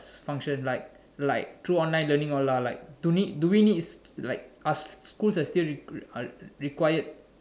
function like like through online learning all ah like don't need do we need like are schools are are required